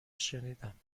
شنیدم